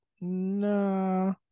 No